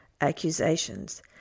accusations—